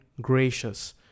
gracious